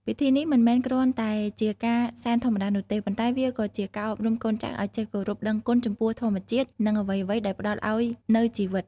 ពិធីនេះមិនមែនគ្រាន់តែជាការសែនធម្មតានោះទេ ប៉ុន្តែវាក៏ជាការអប់រំកូនចៅឲ្យចេះគោរពដឹងគុណចំពោះធម្មជាតិ និងអ្វីៗដែលផ្តល់ឲ្យនូវជីវិត។